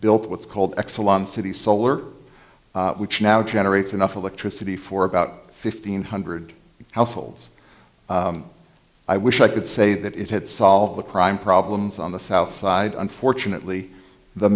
built what's called exelon city solar which now generates enough electricity for about fifteen hundred households i wish i could say that it had solved the crime problems on the south side unfortunately the